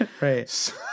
Right